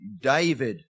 David